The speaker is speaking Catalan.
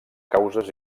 causes